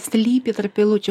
slypi tarp eilučių